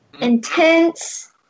intense